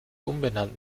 umbenannt